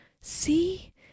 See